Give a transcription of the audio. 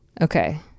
Okay